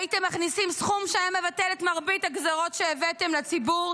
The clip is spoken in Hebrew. הייתם מכניסים סכום שהיה מבטל את מרבית הגזרות שהבאתם לציבור,